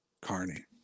Carney